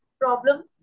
problem